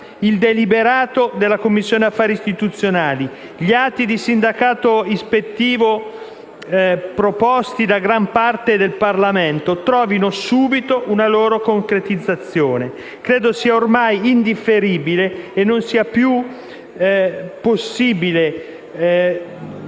il deliberato della Commissione affari costituzionali e gli atti di sindacato ispettivo proposti da gran parte del Parlamento trovino subito una loro concretizzazione. Credo sia ormai indifferibile e non più rinviabile